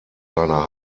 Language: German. seiner